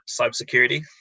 cybersecurity